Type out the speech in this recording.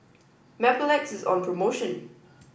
Mepilex is on promotion